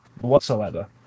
whatsoever